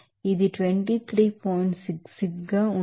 5 అయితే ఇది 23